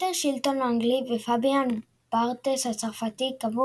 פיטר שילטון האנגלי ופביאן בארטז הצרפתי קבעו